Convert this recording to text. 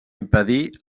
impedir